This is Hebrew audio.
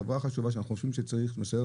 שהיא חברה חשובה שאנחנו חושבים שצריך אותה,